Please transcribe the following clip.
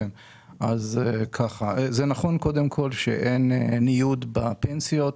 זה נכון שאין ניוד בפנסיות.